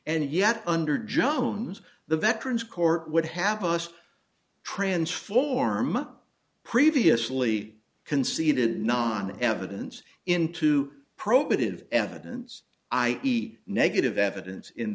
and yet under jones the veterans court would happen transform previously conceded not evidence into probative evidence i e negative evidence in